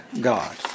God